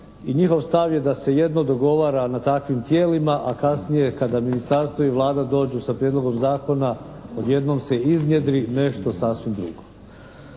njihov stav je da se jedno dogovara na takvim tijelima a kasnije kada ministarstvo i Vlada dođu sa prijedlogom zakona odjednom se iznjedri nešto sasvim drugo.